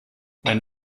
mein